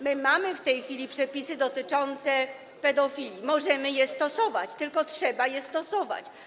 Mamy w tej chwili przepisy dotyczące pedofilii, możemy je stosować, tylko trzeba je stosować.